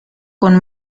con